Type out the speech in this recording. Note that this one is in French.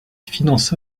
finança